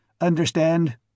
understand